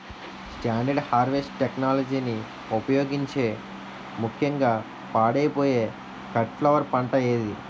Standard harvest టెక్నాలజీని ఉపయోగించే ముక్యంగా పాడైపోయే కట్ ఫ్లవర్ పంట ఏది?